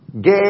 Gay